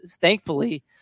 thankfully